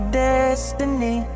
destiny